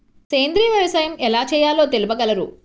సేంద్రీయ వ్యవసాయం ఎలా చేయాలో తెలుపగలరు?